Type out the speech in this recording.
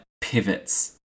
pivots